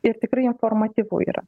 ir tikrai informatyvu yra